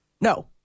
No